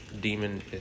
demon